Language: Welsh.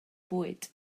bwyd